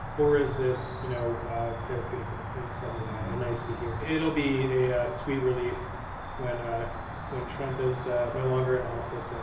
or is this you know therapeutic and in some way, and nice to hear? it'll be a sweet relief when ah when trump is no longer in office,